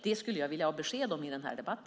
Det skulle jag vilja ha besked om i denna debatt.